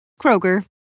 Kroger